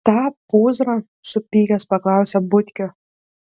tą pūzrą supykęs paklausė butkio